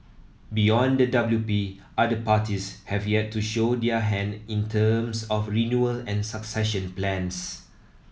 beyond the W P other parties have yet to show their hand in terms of renewal and succession plans